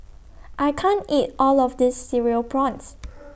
I can't eat All of This Cereal Prawns